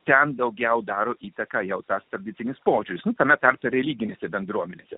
ten daugiau daro įtaką jau tas tradicinis požiūris tame tarpe religinėse bendruomenėse